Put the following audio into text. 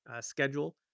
schedule